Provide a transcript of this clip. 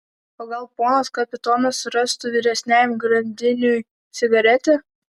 o gal ponas kapitonas rastų vyresniajam grandiniui cigaretę